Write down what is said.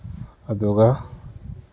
ꯑꯗꯨꯒ